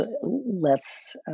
less